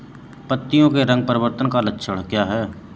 पत्तियों के रंग परिवर्तन का लक्षण क्या है?